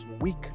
weak